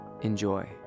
Enjoy